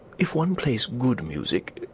if one plays good music,